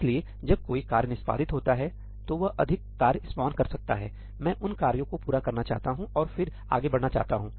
इसलिए जब कोई कार्य निष्पादित होता है तो वह अधिक कार्य स्पॉनकर सकता है मैं उन कार्यों को पूरा करना चाहता हूं और फिर आगे बढ़ना चाहता हूं